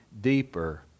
deeper